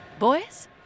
Boys